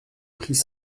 pris